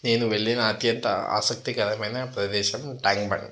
నేను వెళ్ళిన అత్యంత ఆసక్తికరమైన ప్రదేశం ట్యాంక్ బండ్